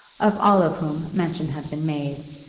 of all of whom mention had been made,